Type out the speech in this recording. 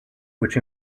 which